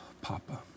Papa